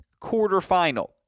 quarterfinal